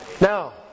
Now